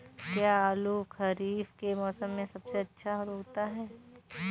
क्या आलू खरीफ के मौसम में सबसे अच्छा उगता है?